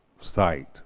sight